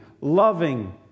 loving